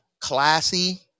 classy